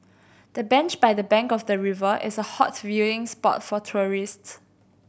the bench by the bank of the river is a hot viewing spot for tourists